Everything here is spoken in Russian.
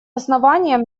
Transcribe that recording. основанием